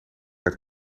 het